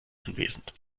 anwesend